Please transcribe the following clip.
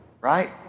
right